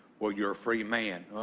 well you're a free man,